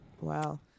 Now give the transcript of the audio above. Wow